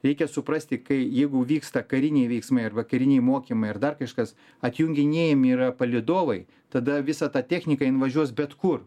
reikia suprasti kai jeigu vyksta kariniai veiksmai arba kariniai mokymai ar dar kažkas atjunginėjami yra palydovai tada visa ta technika jin važiuos bet kur